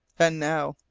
and now,